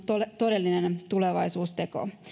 todellinen tulevaisuusteko oajn